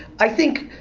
i think,